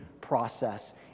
process